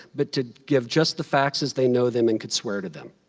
but to give just the facts as they know them and could swear to them.